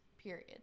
period